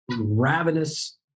ravenous